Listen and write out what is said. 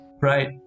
Right